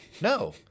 No